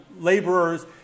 laborers